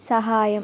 സഹായം